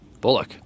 Bullock